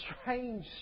strange